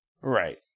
Right